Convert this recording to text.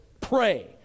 pray